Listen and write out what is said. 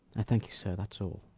i thank you sir that's all.